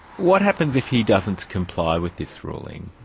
what happens if he doesn't comply with this ruling?